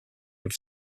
were